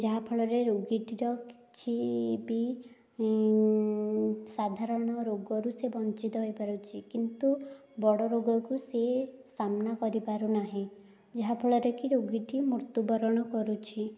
ଯାହାଫଳରେ ରୋଗୀଟିର କିଛି ବି ସାଧାରଣ ରୋଗରୁ ସେ ବଞ୍ଚିତ ହୋଇପାରୁଛି କିନ୍ତୁ ବଡ଼ ରୋଗକୁ ସେ ସାମ୍ନା କରିପାରୁନାହିଁ ଯାହା ଫଳରେ କି ରୋଗୀଟି ମୃତ୍ଯୁ ବରଣ କରୁଛି